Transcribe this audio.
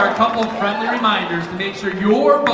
couple friendly reminders to make sure your